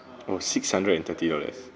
oh six hundred and thirty dollars